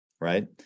right